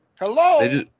Hello